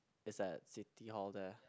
is at City Hall there